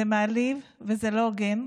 זה מעליב וזה לא הוגן.